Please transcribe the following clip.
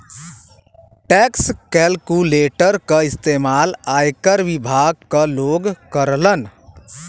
tax calculator क इस्तेमाल आयकर विभाग क लोग करलन